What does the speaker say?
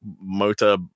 motor